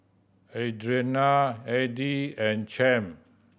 Audriana Eddy and Champ